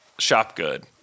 Shopgood